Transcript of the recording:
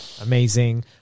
amazing